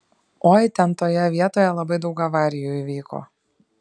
oi ten toje vietoj labai daug avarijų įvyko